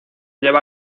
lleva